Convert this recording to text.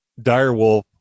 direwolf